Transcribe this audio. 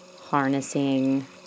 harnessing